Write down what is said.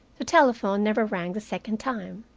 the telephone never rang the second time.